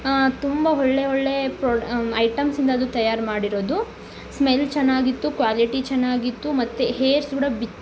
ತುಂಬ ಒಳ್ಳೆ ಒಳ್ಳೇ ಪ್ರೊ ಐಟಮ್ಸಿಂದ ಅದು ತಯಾರು ಮಾಡಿರೋದು ಸ್ಮೆಲ್ ಚೆನ್ನಾಗಿತ್ತು ಕ್ವಾಲಿಟಿ ಚೆನ್ನಾಗಿತ್ತು ಮತ್ತು ಹೇರ್ಸ್ ಕೂಡ ಬಿ